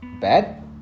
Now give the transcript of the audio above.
Bad